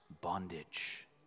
bondage